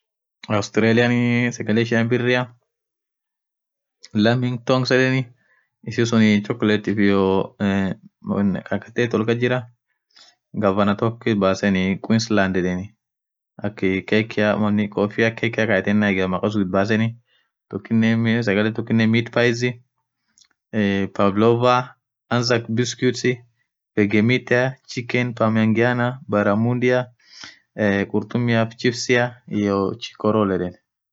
Australianii sagale ishin birria lammi tongs yedheni ishin Suun chocolatetif iyo wonn kakathethi wol kasjira governor toki baseni qusland yedheni akhii kekia kofia kekia kayethenan makhaaa suun itbaseni tokinen sagale tokinen meat faizi eee paplover azzack biscuits eghe metre chicken pangemganaa baramudhia khurtummiaf chipsia iyoo chikoroll